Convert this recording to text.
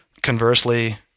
Conversely